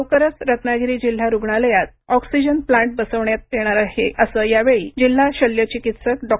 लवकरच रत्नागिरी जिल्हा रुणालयात ऑक्सिजन प्लांट बसवण्यात येणार आहे असं यावेळी जिल्हा शल्य चिकित्सक डॉ